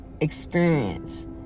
experience